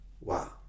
wow